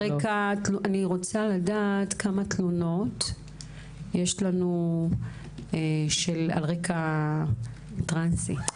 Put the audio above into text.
אני מבקשת לדעת כמה תלונות יש על רקע טרנסי.